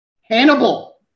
Hannibal